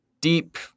deep